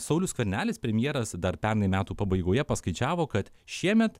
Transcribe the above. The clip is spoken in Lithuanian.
saulius skvernelis premjeras dar pernai metų pabaigoje paskaičiavo kad šiemet